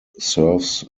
serves